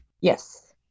yes